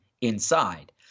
inside